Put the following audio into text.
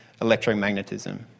electromagnetism